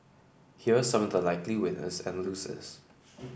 here are some of the likely winners and losers